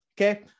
Okay